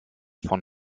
von